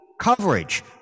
coverage